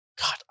God